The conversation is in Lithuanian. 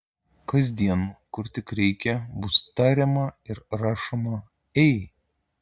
kasdien kur tik reikia bus tariama ir rašoma ei